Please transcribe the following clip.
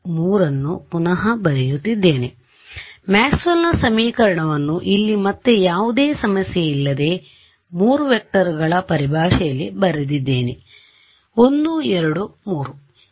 ಆದ್ದರಿಂದ ಮ್ಯಾಕ್ಸ್ವೆಲ್ನ ಸಮೀಕರಣ Maxwell's equationವನ್ನು ಇಲ್ಲಿ ಮತ್ತೆ ಯಾವುದೇ ಸಮಸ್ಯೆಯಿಲ್ಲದೆ ನಾನು 3 ವೆಕ್ಟರ್ಗಳ ಪರಿಭಾಷೆಯಲ್ಲಿ ಬರೆದಿದ್ದೇನೆ 1 2 3